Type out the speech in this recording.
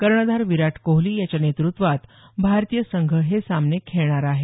कर्णधार विराट कोहली याच्या नेतृत्वात भारतीय संघ हे सामने खेळणार आहे